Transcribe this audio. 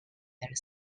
their